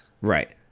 Right